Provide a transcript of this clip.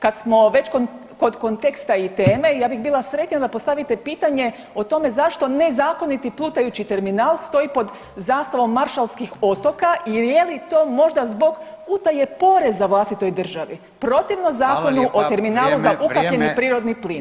Kad smo već kod konteksta i teme ja bih bila sretnija da postavite pitanje o tome zašto nezakoniti plutajući terminal stoji pod zastavom Maršalskih otoka i je li to možda zbog utaje poreza vlastitoj državi, protivno zakonu [[Upadica: Hvala lijepo, vrijeme, vrijeme.]] o terminalu za ukapljeni prirodni plin.